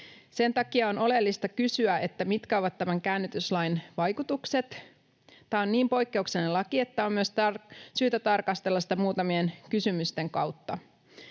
Sen takia on oleellista kysyä, mitkä ovat tämän käännytyslain vaikutukset. Tämä on niin poikkeuksellinen laki, että on myös syytä tarkastella sitä muutamien kysymysten kautta.